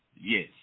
yes